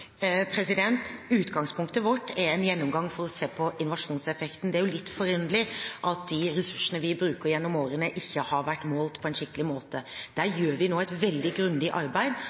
Utgangspunktet vårt er en gjennomgang for å se på innovasjonseffekten. Det er litt forunderlig at de ressursene vi har brukt gjennom årene, ikke har vært målt på en skikkelig måte. Der gjør vi nå et veldig grundig arbeid,